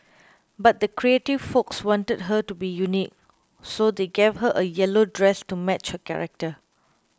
but the creative folks wanted her to be unique so they gave her a yellow dress to match her character